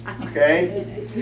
Okay